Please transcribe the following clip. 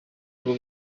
ngo